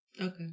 Okay